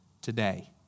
today